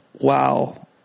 wow